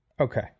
Okay